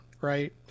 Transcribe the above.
right